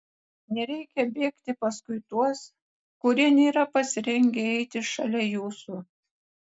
nereikia bėgti paskui tuos kurie nėra pasirengę eiti šalia jūsų